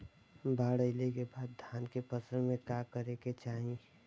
बाढ़ आइले के बाद धान के फसल में का करे के चाही?